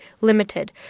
limited